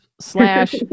slash